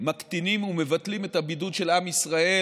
ומקטינים ומבטלים את הבידוד של עם ישראל.